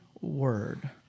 word